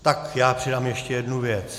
Tak já přidám ještě jednu věc.